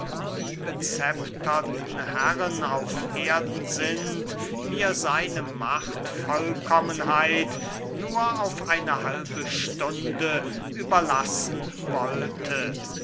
die bezepterten herren auf erden sind mir seine machtvollkommenheit nur auf eine halbe stunde überlassen wollte